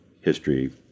history